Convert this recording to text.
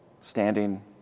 standing